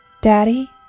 Daddy